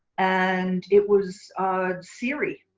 and it was siri.